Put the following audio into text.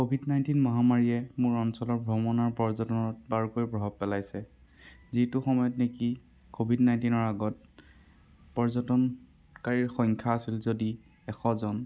covid nineteen মহামাৰীয়ে মোৰ অঞ্চলৰ ভ্ৰমণ আৰু পৰিবহণত বাৰুকৈয়ে প্ৰভাৱ পেলাইছে যিটো সময়ত নেকি কভিড নাইণ্টিনৰ আগত পৰ্যটনকাৰীৰ সংখ্যা আছিল যদি এশজন